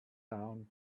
down